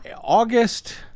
August